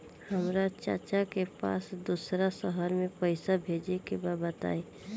हमरा चाचा के पास दोसरा शहर में पईसा भेजे के बा बताई?